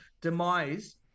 demise